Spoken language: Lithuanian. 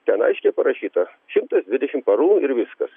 ten aiškiai parašyta šimtas dvidešim parų ir viskas